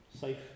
safe